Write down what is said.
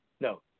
No